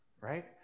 Right